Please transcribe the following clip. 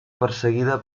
perseguida